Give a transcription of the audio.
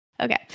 okay